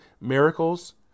miracles